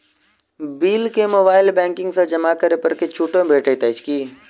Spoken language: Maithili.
बिल केँ मोबाइल बैंकिंग सँ जमा करै पर किछ छुटो मिलैत अछि की?